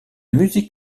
musique